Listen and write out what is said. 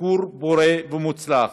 ביקור פורה ומוצלח.